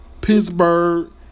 pittsburgh